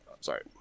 sorry